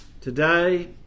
today